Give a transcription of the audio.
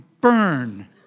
burn